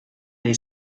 dei